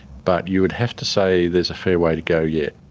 but you would have to say there is a fair way to go yet.